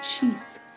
Jesus